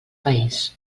país